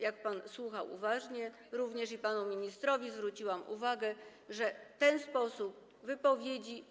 Jeśli pan słuchał uważnie - również panu ministrowi zwróciłam uwagę, że ten sposób wypowiedzi.